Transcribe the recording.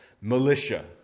militia